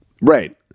Right